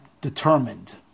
determined